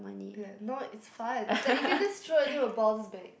ya no it's fun is like you can just throw and then it will bounce back